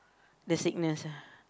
the sickness ah